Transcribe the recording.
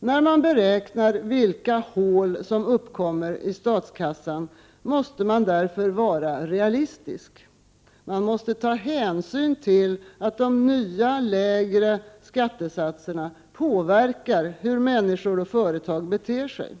När man beräknar vilka hål som uppkommer i statskassan måste man därför vara realistisk — man måste ta hänsyn till att de nya lägre skattesatserna påverkar hur människor och företag beter sig.